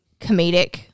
comedic